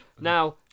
Now